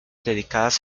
dedicadas